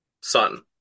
son